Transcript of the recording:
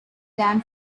than